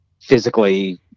physically